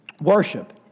Worship